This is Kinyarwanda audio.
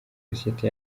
sosiyete